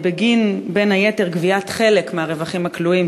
בין היתר בגין גביית חלק מהרווחים הכלואים,